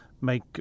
make